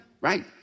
right